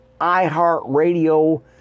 iHeartRadio